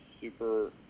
super